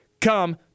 come